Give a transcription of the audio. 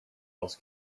else